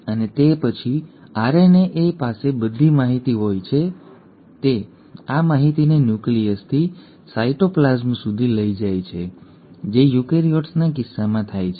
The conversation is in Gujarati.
અને તે પછી RNAએ પાસે બધી માહિતી હોય છે જે તે આ માહિતીને ન્યુક્લિયસથી સાયટોપ્લાસમ સુધી લઈ જાય છે જે યુકેરીયોટ્સ ના કિસ્સામાં થાય છે